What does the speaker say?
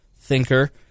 thinker